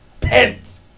Pent